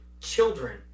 children